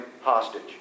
hostage